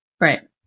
Right